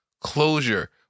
closure